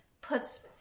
puts